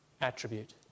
attribute